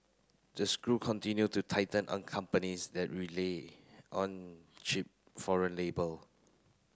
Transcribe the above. the screw continue to tighten on companies that relay on cheap foreign labour